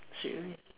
straightaway